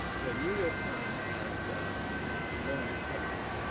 the new york times has the longest coverage.